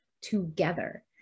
together